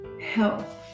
health